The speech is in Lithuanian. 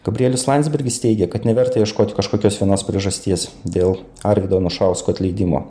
gabrielius landsbergis teigia kad neverta ieškoti kažkokios vienos priežasties dėl arvydo anušausko atleidimo